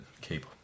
keep